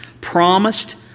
promised